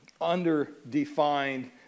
underdefined